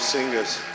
Singers